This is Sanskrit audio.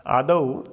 आदौ